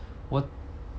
我